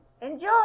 enjoy